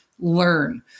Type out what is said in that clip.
learn